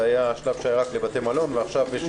היה שלב שזה היה רק לבתי מלון ועכשיו יש